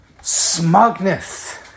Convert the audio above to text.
smugness